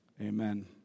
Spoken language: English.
Amen